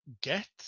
get